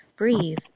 breathe